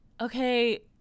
okay